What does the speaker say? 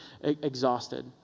exhausted